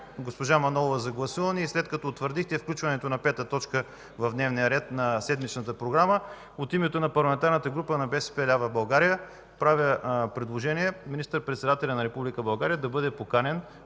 госпожа Манолова на гласуване и след като утвърдихте включването на пета точка в дневния ред на седмичната програма, от името на Парламентарната група на БСП лява България правя предложение – министър-председателят на Република България да бъде поканен